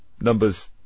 numbers